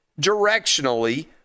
directionally